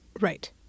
Right